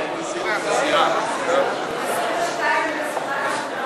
אז אנחנו הסרנו את הסתייגויות